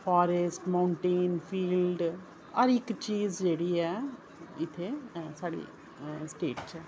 forest mountains fields हर इक चीज जेह्ड़ी ऐ साढ़ी स्टेट च ऐ